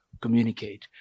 communicate